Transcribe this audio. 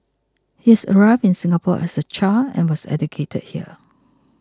he had arrived in Singapore as a child and was educated here